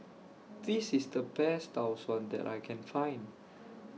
This IS The Best Tau Suan that I Can Find